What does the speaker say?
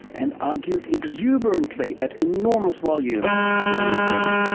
and argued exuberantly at enormous volume all evening.